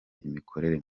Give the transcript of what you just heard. imikorere